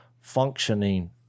functioning